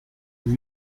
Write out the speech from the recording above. vous